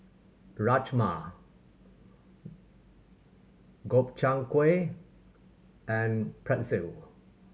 Rajma Gobchang Gui and Pretzel